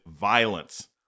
violence